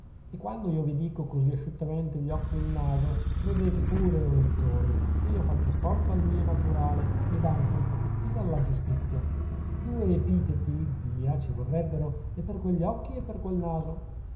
e quando io vi dico così asciuttamente gli occhi e il naso credete pure o lettori che io faccio forza al mio naturale ed anche un pochettino alla giustizia due epiteti via ci vorrebbero e per quegli occhi e per quel naso